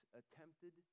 attempted